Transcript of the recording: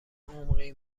عمقی